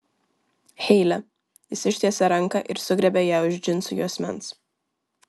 heile jis ištiesė ranką ir sugriebė ją už džinsų juosmens